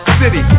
city